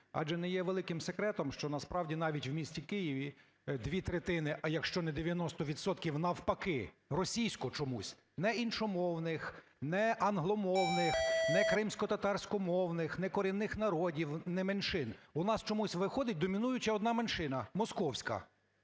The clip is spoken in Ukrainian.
Адже не є великим секретом, що насправді навіть в місті Києві дві третини, а якщо не 90 відсотків, навпаки, російських чомусь. Не іншомовних, не англомовних, не кримськотатарськомовних, не корінних народів, не меншин. У нас чомусь виходить домінуюча одна меншина – московська.